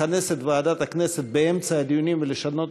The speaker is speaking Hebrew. לכנס את ועדת הכנסת באמצע הדיונים ולשנות